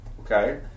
Okay